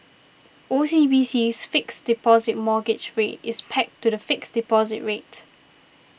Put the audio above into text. OCBC's Fixed Deposit Mortgage Rate is pegged to the fixed deposit rate